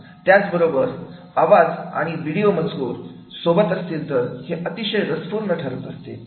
त्याच बरोबर आवाज आणि व्हिडिओ मजकूर सोबत असतील तर हे अतिशय रसपूर्ण ठरत असते